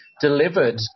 delivered